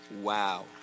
Wow